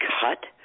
cut